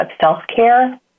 self-care